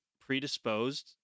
predisposed